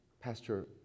Pastor